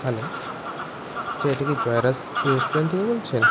hello আচ্ছা এটা কি জয়রাস রেস্টুরেন্ট থেকে বলছেন